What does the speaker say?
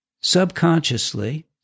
subconsciously